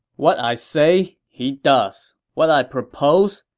what i say, he does. what i propose,